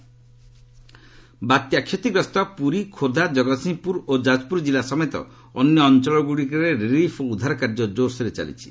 cyclone Odisha ବାତ୍ୟା କ୍ଷତିଗ୍ରସ୍ତ ପୁରୀ ଖୋର୍ଦ୍ଧା ଜଗତସିଂହପୁର ଓ ଯାଜପୁର ଜିଲ୍ଲା ସମେତ ଅନ୍ୟ ଅଞ୍ଚଳଗୁଡ଼ିକରେ ରିଲିଫ୍ ଓ ଉଦ୍ଧାର କାର୍ଯ୍ୟ ଜୋରସୋର ଚାଲିଛି